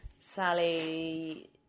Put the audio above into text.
Sally